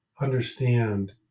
understand